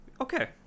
Okay